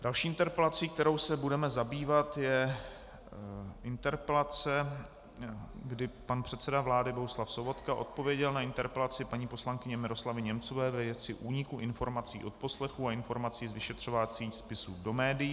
Další interpelací, kterou se budeme zabývat, je interpelace, kdy pan předseda vlády Bohuslav Sobotka odpověděl na interpelaci paní poslankyně Miroslavy Němcové ve věci úniků odposlechů a informací z vyšetřovacích spisů do médií.